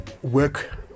work